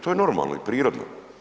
To je normalno i prirodno.